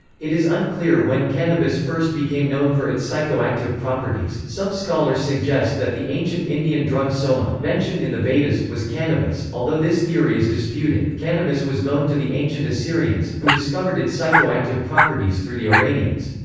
it is unclear when cannabis first became known for its psychoactive properties some scholars suggest that the ancient indian drug soma, mentioned in the vedas, was cannabis, although this theory is disputed cannabis was known to the ancient assyrians, who discovered its psychoactive properties through the iranians.